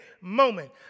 moment